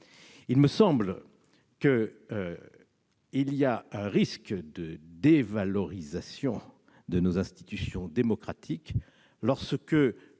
il me semble qu'il existe un risque de dévalorisation de nos institutions démocratiques lorsque